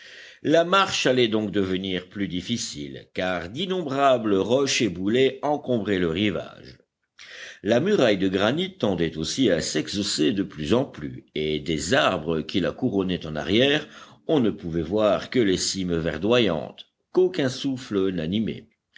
la marche allait donc devenir plus difficile car d'innombrables roches éboulées encombraient le rivage la muraille de granit tendait aussi à s'exhausser de plus en plus et des arbres qui la couronnaient en arrière on ne pouvait voir que les cimes verdoyantes qu'aucun souffle